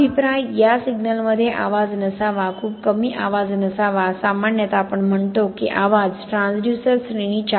अभिप्राय या सिग्नलमध्ये आवाज नसावा खूप कमी आवाज नसावा सामान्यतः आपण म्हणतो की आवाज ट्रान्सड्यूसर श्रेणीच्या 0